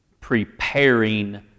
preparing